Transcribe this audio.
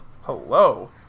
Hello